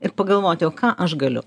ir pagalvoti o ką aš galiu